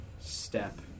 step